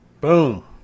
Boom